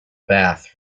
bath